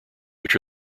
which